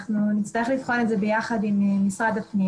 אנחנו נצטרך לבחון אותה יחד עם משרד הפנים